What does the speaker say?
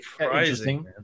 interesting